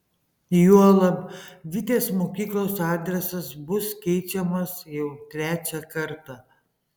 juolab vitės mokyklos adresas bus keičiamas jau trečią kartą